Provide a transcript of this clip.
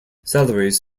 salaries